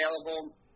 available